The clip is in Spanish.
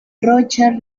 rocha